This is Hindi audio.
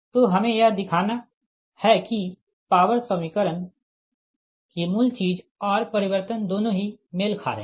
तो हमें यह दिखाना है कि पॉवर समीकरण की मूल चीज और परिवर्तन दोनों ही मेल खा रहे है